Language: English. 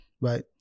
Right